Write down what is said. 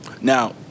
Now